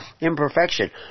imperfection